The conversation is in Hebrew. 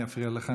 אני אפריע לך,